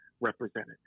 Represented